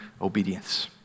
obedience